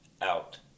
Out